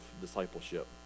discipleship